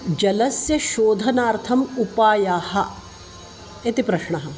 जलस्य शोधनार्थम् उपायाः इति प्रश्नः